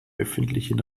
öffentlichen